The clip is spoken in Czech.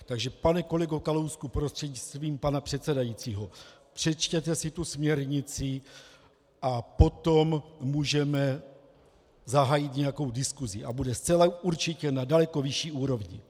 Takže pane kolego Kalousku prostřednictvím pana předsedajícího, přečtěte si tu směrnici, a potom můžeme zahájit nějakou diskusi a bude zcela určitě na daleko vyšší úrovni.